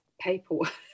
paperwork